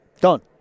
done